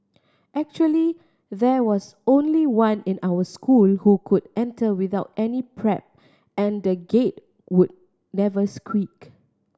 actually there was only one in our school who could enter without any prep and the Gate would never squeak